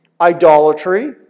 idolatry